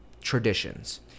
traditions